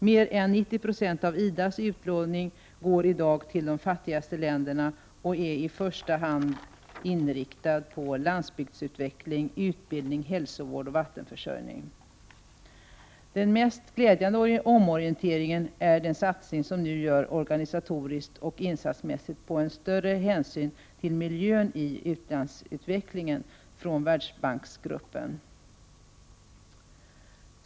Mer än 90 20 av IDA:s utlåning går i dag till de fattigaste länderna och är i första hand inriktad på landsbygdsutveckling, utbildning, hälsovård och vattenförsörjning. Den mest glädjande omorienteringen är den satsning som görs organisatoriskt och insatsmässigt på större hänsyn till miljön i u-landsutvecklingen från Världsbanksgruppens sida.